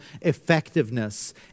effectiveness